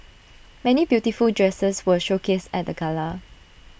many beautiful dresses were showcased at the gala